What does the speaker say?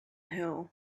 hill